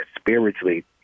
spiritually